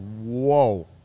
whoa